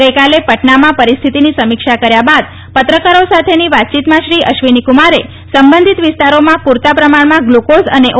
ગઇકાલે પટનામાં પરિસ્થિતીની સમીક્ષા કર્યા બાદ પત્રકારો સાથેની વાતચીતમાં શ્રી અશ્વીનીકુમારે સંબંધીત વિસ્તારોમાં પુરતા પ્રમાણમાં ગ્લુકોઝ અને ઓ